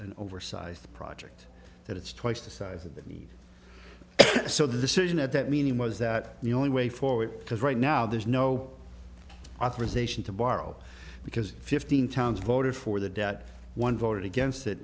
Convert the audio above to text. an oversized project that it's twice the size of the need so the decision at that meeting was that the only way forward because right now there's no authorization to borrow because fifteen towns voted for the debt one voted against it